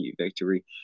victory